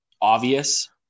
obvious